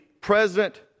president